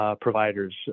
providers